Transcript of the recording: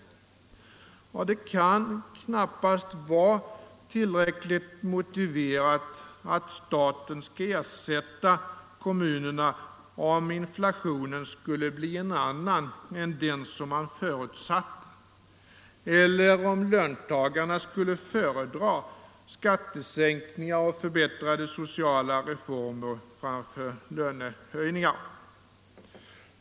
Det kan knappast vara tillräckligt motiverat att staten skall ersätta kommunerna, om inflationen skulle bli en annan än den som man har förutsatt eller om löntagarna skulle föredra skattesänkningar och förbättrade sociala reformer framför lönehöjningar.